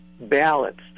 balanced